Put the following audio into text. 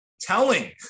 telling